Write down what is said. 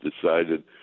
decided